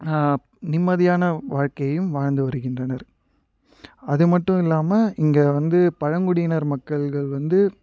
நிம்மதியான வாழ்க்கையையும் வாழ்ந்து வருகின்றனர் அது மட்டும் இல்லாமல் இங்கே வந்து பழங்குடியினர் மக்கள்கள் வந்து